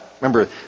remember